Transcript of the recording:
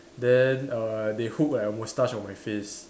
then err they hook like a mustache on my face